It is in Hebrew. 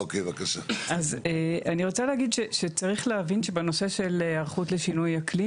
אז אני רוצה להגיד שצריך להבין שבנושא של היערכות לשינוי אקלים,